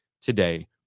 today